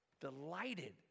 delighted